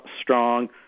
strong